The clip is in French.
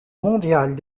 mondiale